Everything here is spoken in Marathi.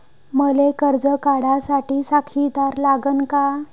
मले कर्ज काढा साठी साक्षीदार लागन का?